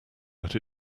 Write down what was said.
that